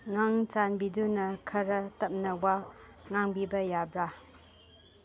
ꯅꯪ ꯆꯥꯟꯕꯤꯗꯨꯅ ꯈꯔ ꯇꯞꯅ ꯋꯥ ꯉꯥꯡꯕꯤꯕ ꯌꯥꯕ꯭ꯔꯥ